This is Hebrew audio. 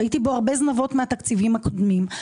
ראיתי הרבה זנבות מהתקציבים הקודמים.